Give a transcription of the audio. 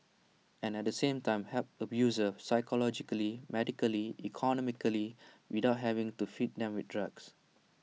and at the same time help abusers psychologically medically economically without having to feed them with drugs